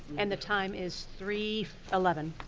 and the time is three eleven,